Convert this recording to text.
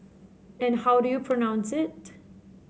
and how do you pronounce it